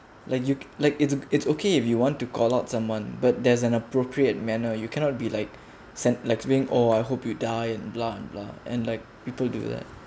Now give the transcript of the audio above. like you like it's it's okay if you want to call out someone but there's an appropriate manner you cannot be like send like oh I hope you die and blah and blah and like people do that